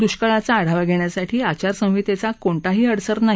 दुष्काळाचा आढावा घेण्यासाठी आचारसंहितेचा कोणताही अडसर नाही